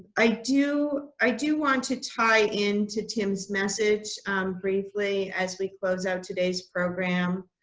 i do i do want to tie in to tim's message briefly as we close out today's program.